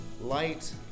light